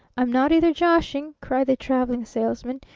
i'm not either joshing, cried the traveling salesman.